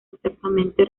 exactamente